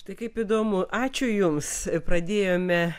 tai kaip įdomu ačiū jums pradėjome